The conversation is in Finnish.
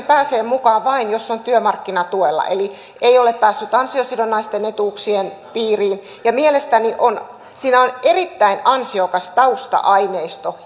pääsee mukaan vain jos on työmarkkinatuella eli ei ole päässyt ansiosidonnaisten etuuksien piiriin mielestäni siinä on erittäin ansiokas tausta aineisto